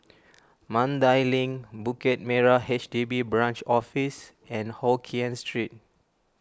Mandai Link Bukit Merah H D B Branch Office and Hokkien Street